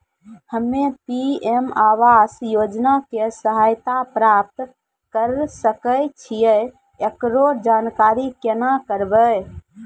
हम्मे पी.एम आवास योजना के सहायता प्राप्त करें सकय छियै, एकरो जानकारी केना करबै?